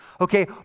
okay